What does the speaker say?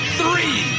three